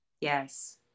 Yes